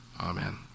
Amen